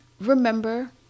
remember